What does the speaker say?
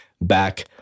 back